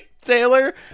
taylor